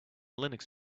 linux